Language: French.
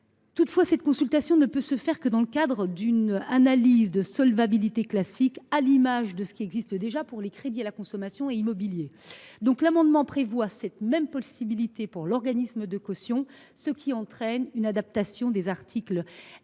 Toutefois, cette consultation ne peut se faire que dans le cadre d’une analyse de solvabilité classique, à l’image de ce qui existe déjà pour les crédits à la consommation et immobiliers. Le dispositif proposé prévoit cette même possibilité pour l’organisme de caution, ce qui entraîne une adaptation des articles